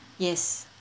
yes